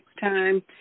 time